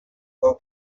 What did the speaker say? will